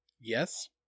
yes